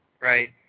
Right